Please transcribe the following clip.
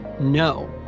No